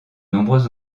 nombreux